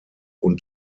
und